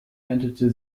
erntete